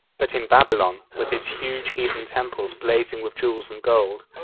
but in babylon, with its huge heathen temples blazing with jewels and gold,